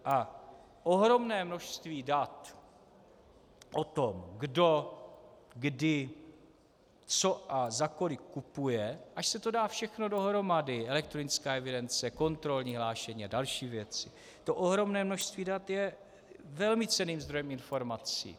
A ohromné množství dat o tom, kdo, kdy, co a za kolik kupuje, až se to dá všechno dohromady, elektronická evidence, kontrolní hlášení a další věci, to ohromné množství dat je velmi cenným zdrojem informací.